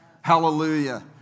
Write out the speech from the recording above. Hallelujah